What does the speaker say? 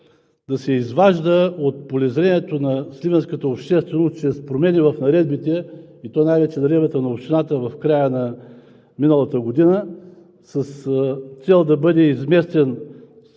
да се изважда от полезрението на сливенската общественост чрез промени в наредбите, и то най-вече в наредбата на Общината в края на миналата година с цел да бъде изместен